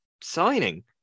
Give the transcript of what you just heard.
signing